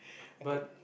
but